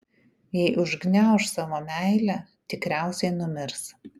jei užgniauš savo meilę tikriausiai numirs